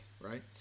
right